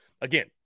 Again